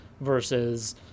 versus